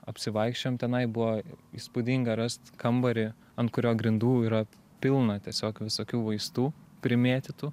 apsivaikščiojom tenai buvo įspūdinga rast kambarį ant kurio grindų yra pilna tiesiog visokių vaistų primėtytų